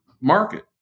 market